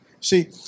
See